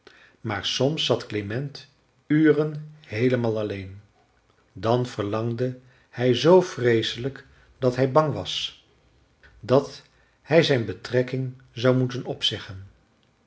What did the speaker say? maar soms zat klement uren heelemaal alleen dan verlangde hij zoo vreeselijk dat hij bang was dat hij zijn betrekking zou moeten opzeggen